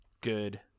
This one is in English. Good